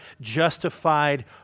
justified